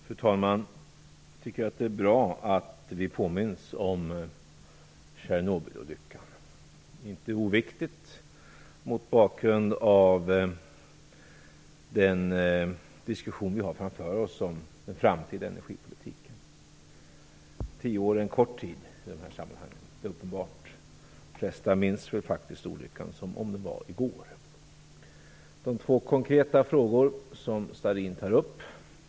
Fru talman! Jag tycker att det är bra att vi påminns om Tjernobylolyckan. Det är inte oviktigt mot bakgrund av den diskussion vi har framför oss om den framtida energipolitiken. Tio år är en kort tid i sådana här sammanhang. De flesta minns faktiskt olyckan som om den hände i går. Så till de två konkreta frågor som Karin Starrin tar upp.